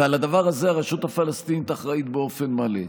ועל הדבר הזה הרשות הפלסטינית אחראית באופן מלא.